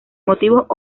motivos